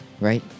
right